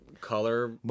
color